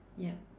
yup